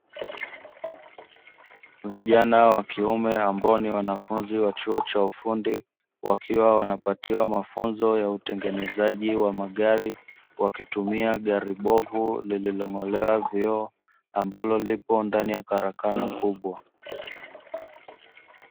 Vijana wa kiume ambao ni wanafunzi wa chuo cha ufundi wakiwa wanapatiwa mafunzo ya utengenezaji wa magari, wakitumia gari bovu lililong'olewa vioo ambalo lipo ndani ya karakana kubwa.